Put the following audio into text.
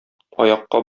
аякка